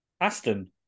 Aston